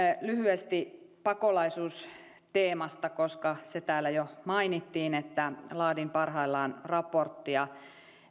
lyhyesti pakolaisuusteemasta koska se täällä jo mainittiin että laadin parhaillaan raporttia